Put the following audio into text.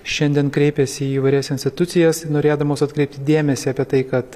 šiandien kreipėsi į įvairias institucijas norėdamos atkreipti dėmesį apie tai kad